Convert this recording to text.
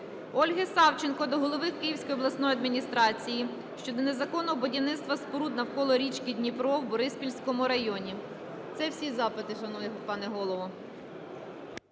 Ольги Савченко до голови Київської обласної державної адміністрації щодо незаконного будівництва споруд навколо річки Дніпро в Бориспільському районі. Це всі запити, шановний пане Голово.